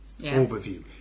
Overview